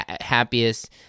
happiest